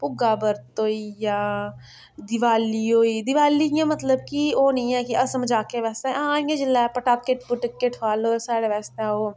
भुग्गा बरत होई गेआ दिवाली होई दिवाली इयां मतलब कि ओह् नी ऐ कि हास्से मज़ाके बास्तै हां इ'यां जेल्लै पटाखे पटुखे ठुआलो साढ़े बास्तै ओह्